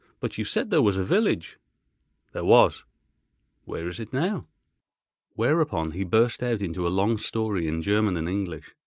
but you said there was a village there was where is it now whereupon he burst out into a long story in german and english,